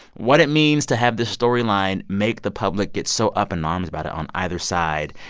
what it means to have this storyline make the public get so up in arms about it on either side.